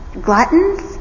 gluttons